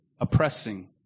oppressing